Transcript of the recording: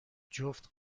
جفت